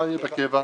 מה יהיה בקבע?